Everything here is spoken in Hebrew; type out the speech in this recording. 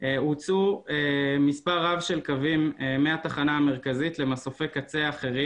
הוצאו מספר רב של קווים מהתחנה המרכזית למסופי קצה אחרים